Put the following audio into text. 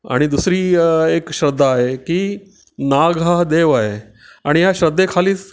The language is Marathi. आणि दुसरी एक श्रद्धा आहे की नाग हा देव आहे आणि या श्रद्धेखालीच